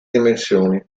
dimensioni